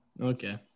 Okay